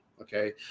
Okay